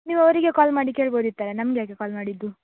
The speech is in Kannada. ನೀವು ಅವರಿಗೇ ಕಾಲ್ ಮಾಡಿ ಕೇಳ್ಬೋದಿತ್ತಲ್ವ ನಮ್ಗೆ ಯಾಕೆ ಕಾಲ್ ಮಾಡಿದ್ದು